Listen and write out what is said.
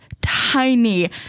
tiny